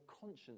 conscience